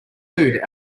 food